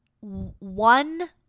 one